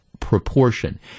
proportion